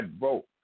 vote